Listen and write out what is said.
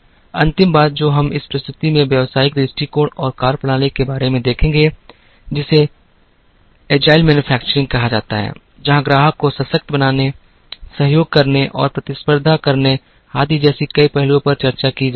अंतिम बात जो हम इस प्रस्तुति में व्यावसायिक दृष्टिकोण और कार्यप्रणाली के बारे में देखेंगे जिसे चपलता या फुर्तीला निर्माण कहा जाता है जहां ग्राहक को सशक्त बनाने सहयोग करने और प्रतिस्पर्धा करने आदि जैसे कई पहलुओं पर चर्चा की जा रही है